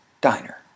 diner